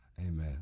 Amen